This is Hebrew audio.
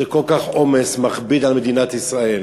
זה כל כך הרבה עומס, מכביד על מדינת ישראל,